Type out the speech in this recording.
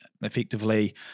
Effectively